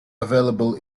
available